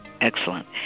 Excellent